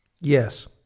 Yes